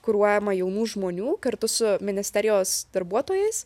kuruojama jaunų žmonių kartu su ministerijos darbuotojais